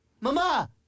mama